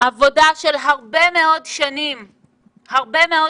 עבודה של הרבה מאוד שנים של